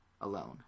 alone